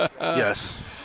yes